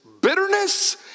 bitterness